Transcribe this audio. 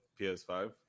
PS5